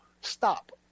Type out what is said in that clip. stop